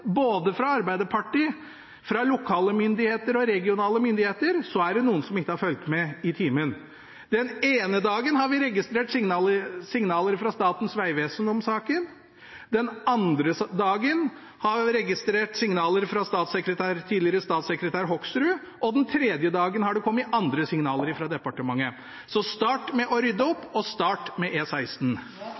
både fra Arbeiderpartiet og fra lokale og regionale myndigheter, er det noen som ikke har fulgt med i timen. Den ene dagen har vi registrert signaler fra Statens vegvesen om saken, den andre dagen har vi registrert signaler fra tidligere statssekretær Hoksrud, og den tredje dagen har det kommet andre signaler fra departementet. Så start med å rydde opp, og start med